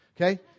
okay